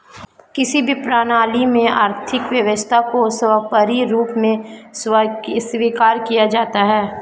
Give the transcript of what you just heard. किसी भी प्रणाली में आर्थिक व्यवस्था को सर्वोपरी रूप में स्वीकार किया जाता है